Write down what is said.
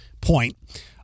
point